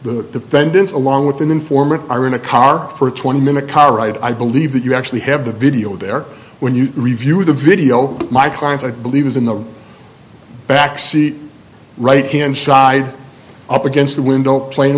vendeans along with an informant are in a car for a twenty minute car ride i believe that you actually have the video there when you review the video my client's i believe is in the backseat right hand side up against the window playing